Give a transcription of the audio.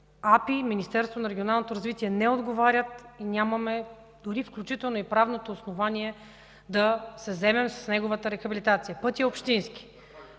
АПИ и Министерството на регионалното развитие не отговарят, нямаме дори и правното основание да се заемем с неговата рехабилитация. Пътят е общински.